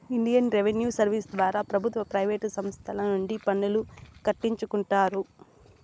Indian revenue service ద్వారా ప్రభుత్వ private సంస్తల నుండి పన్నులు కట్టించుకుంటారు